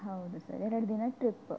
ಹೌದು ಸರ್ ಎರಡು ದಿನ ಟ್ರಿಪ್ಪು